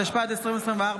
התשפ"ד 2024,